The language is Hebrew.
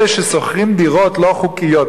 אלו ששוכרים דירות לא חוקיות,